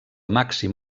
màxim